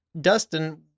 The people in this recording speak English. Dustin